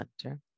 center